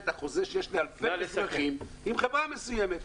החוזה שיש לאלפי אזרחים עם חברה מסוימת.